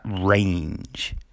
range